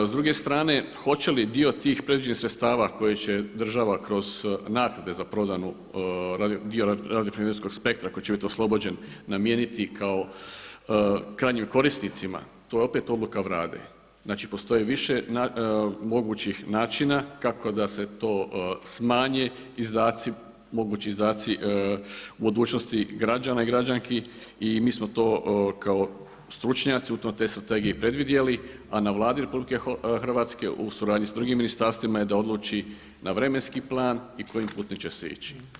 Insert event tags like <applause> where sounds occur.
S druge strane hoće li dio tih predviđenih sredstava koje će država kroz naknade za prodanu, … <unintelligible> spektra koji će biti oslobođen namijeniti kao krajnjim korisnicima to je opet odluka Vlade, znači postoji više mogućih načina kako da se to smanji, izdaci, mogući izdaci u budućnosti građana i građanki i mi smo to kao stručnjaci u toj strategiji predvidjeli a na Vladi RH u suradnji sa drugim ministarstvima je da odluči na vremenski plan i kojim putem će se ići.